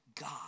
God